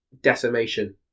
decimation